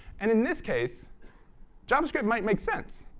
and in this case javascript might make sense,